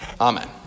Amen